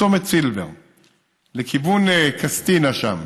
מצומת סילבר לכיוון קסטינה, שם,